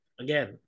Again